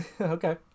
Okay